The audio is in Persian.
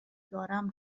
دارم